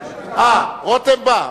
רותם בא?